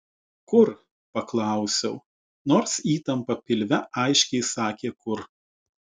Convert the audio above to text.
kur paklausiau nors įtampa pilve aiškiai sakė kur